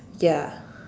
ya